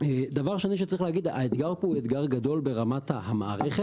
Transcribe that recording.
דבר שני שצריך להגיד הוא שהאתגר פה הוא אתגר גדול ברמת המערכת.